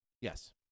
Yes